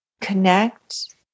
connect